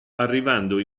arrivando